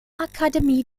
akademie